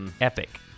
Epic